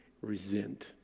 resent